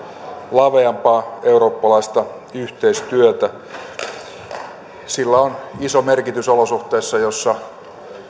laveampaa eurooppalaista yhteistyötä sillä on iso merkitys olosuhteissa joissa